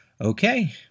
Okay